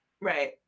Right